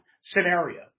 scenario